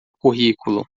currículo